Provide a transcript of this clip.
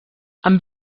amb